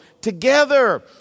together